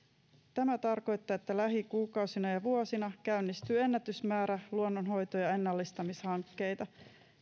tämä tarkoittaa että lähikuukausina ja vuosina käynnistyy ennätysmäärä luonnonhoito ja ennallistamishankkeita